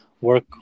work